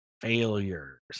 failures